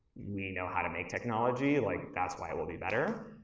we know how to make technology. like, that's why it will be better.